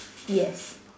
yes